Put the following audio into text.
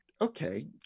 Okay